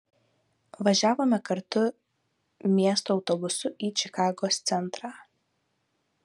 važiavome kartu miesto autobusu į čikagos centrą